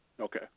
Okay